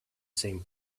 same